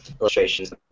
illustrations